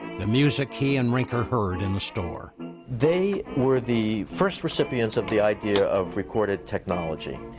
the music he and rinker heard in the store they were the first recipients of the idea of recorded technology.